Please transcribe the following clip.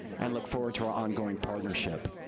and look forward to our ongoing partnership.